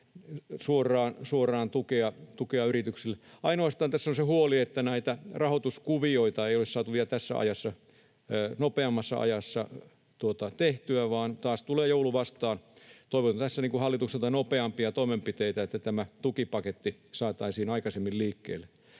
suoraan yrityksille. Ainoastaan tässä on se huoli, että näitä rahoituskuvioita ei ole saatu nopeammassa ajassa tehtyä, vaan taas tulee joulu vastaan. Toivotaan tässä hallitukselta nopeampia toimenpiteitä, että tämä tukipaketti saataisiin aikaisemmin liikkeelle.